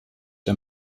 der